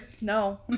No